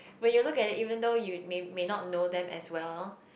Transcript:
when you look at it even though you may may not know them as well